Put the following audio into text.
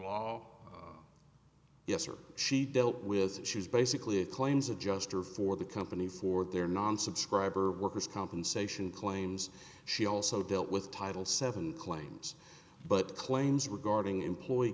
law yes or she dealt with she's basically a claims adjuster for the company for their non subscriber workers compensation claims she also dealt with title seven claims but claims regarding employee